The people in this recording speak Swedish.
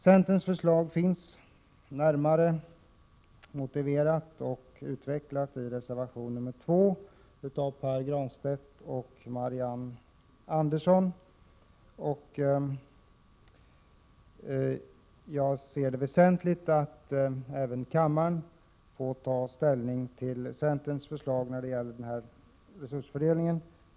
Centerns förslag är närmare motiverat och utvecklat i reservation nr 2 av Pär Granstedt och Marianne Andersson. Jag anser det väsentligt att även kammaren får ta ställning till centerns förslag när det gäller den här resursfördelningen.